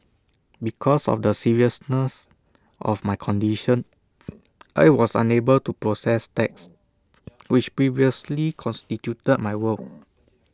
because of the seriousness of my condition I was unable to process text which previously constituted my world